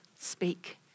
speak